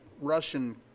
Russian